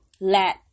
let